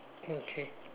okay